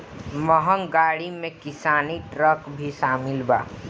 महँग गाड़ी में किसानी ट्रक भी शामिल बा